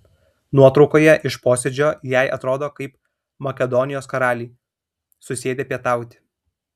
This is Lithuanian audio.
nuotraukoje iš posėdžio jei atrodo kaip makedonijos karaliai susėdę pietauti